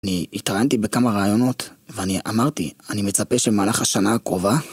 אני התראיינתי בכמה ראיונות, ואני אמרתי, אני מצפה שמהלך השנה הקרובה...